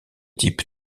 type